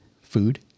food